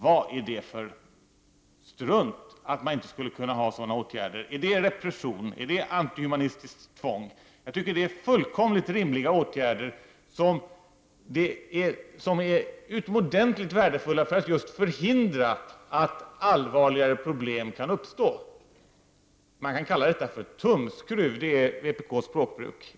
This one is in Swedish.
Vad är det för strunt att man inte skulle kunna vidta sådana åtgärder? Är det repression, är det antihumant tvång? Jag tycker att det är fullkomligt rimliga åtgärder, som är utomordentligt värdefulla för att just förhindra att allvarligare problem uppstår. Vpk:s språkbruk är att kalla detta för en tumskruv.